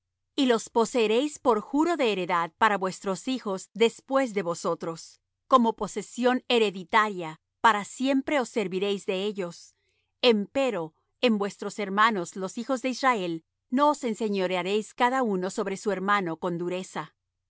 y los poseeréis por juro de heredad para vuestros hijos después de vosotros como posesión hereditaria para siempre os serviréis de ellos empero en vuestros hermanos los hijos de israel no os enseñorearéis cada uno sobre su hermano con dureza